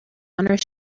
honor